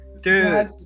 Dude